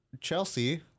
Chelsea